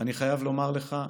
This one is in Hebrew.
אני חייב לומר לך,